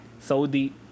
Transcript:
Saudi